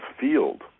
field